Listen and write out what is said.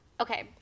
okay